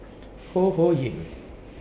Ho Ho Ying